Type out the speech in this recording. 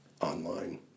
online